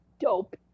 dope